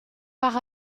par